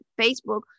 Facebook